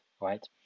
right